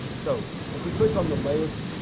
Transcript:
so, if we click on the layers